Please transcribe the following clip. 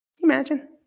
Imagine